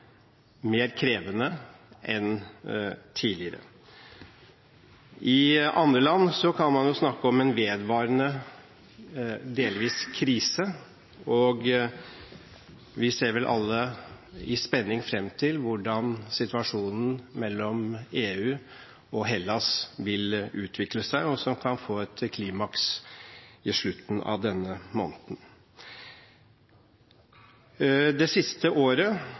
mer krevende enn tidligere. I andre land kan man snakke om en vedvarende – delvis – krise, og vi ser vel alle i spenning fram til hvordan situasjonen mellom EU og Hellas vil utvikle seg. Den kan få et klimaks i slutten av denne måneden. Det siste året